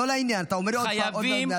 לא לעניין, אתה אומר לי עוד פעם "עוד מעט"